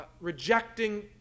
rejecting